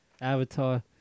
Avatar